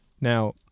Now